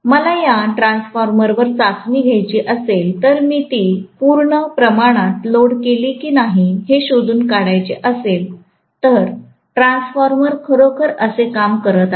मला या ट्रान्सफॉर्मर वर चाचणी घ्यायची असेल आणि मी ती पूर्ण प्रमाणात लोड केली की नाही हे शोधून काढायचे असेल तर ट्रान्सफॉर्मर खरोखर कसे काम करत आहे